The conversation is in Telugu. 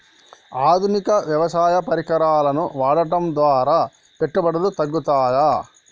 ఆధునిక వ్యవసాయ పరికరాలను వాడటం ద్వారా పెట్టుబడులు తగ్గుతయ?